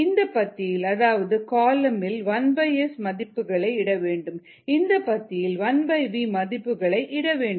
இந்த பத்தியில் அதாவது காலம் இல் 1S மதிப்புகளை இடவேண்டும் இந்த பத்தியில் 1v மதிப்புகள் இடவேண்டும்